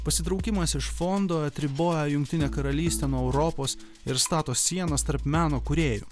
pasitraukimas iš fondo atribojo jungtinę karalystę nuo europos ir stato sienas tarp meno kūrėjų